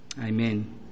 Amen